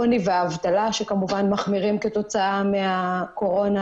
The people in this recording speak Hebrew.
העוני והאבטלה שמחמירים כתוצאה מהקורונה